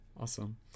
Awesome